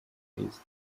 kristo